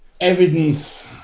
evidence